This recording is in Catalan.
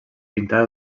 pintada